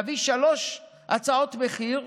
להביא שלוש הצעות מחיר,